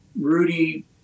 rudy